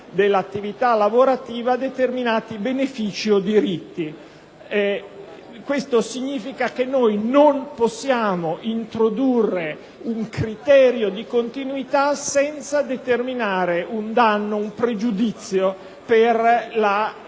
Questo significa che noi non possiamo introdurre un criterio di continuità senza determinare un danno, un pregiudizio, per la parte